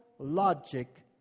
Logic